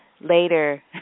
later